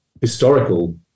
historical